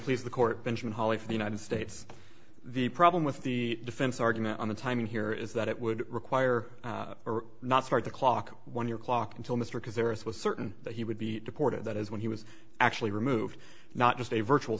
please the court holly for the united states the problem with the defense argument on the timing here is that it would require or not start the clock when your clock until mr because there is was certain that he would be deported that is when he was actually removed not just a virtual